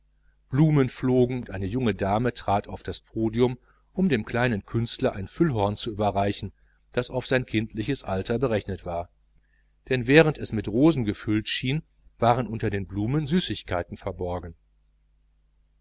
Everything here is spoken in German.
blumen flogen und eine junge dame trat auf das podium um dem kleinen künstler ein füllhorn zu überreichen das auf sein kindliches alter berechnet war denn während es nur mit rosen gefüllt schien waren unter den blumen bonbons verborgen